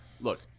look